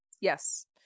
Yes